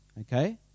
Okay